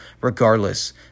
regardless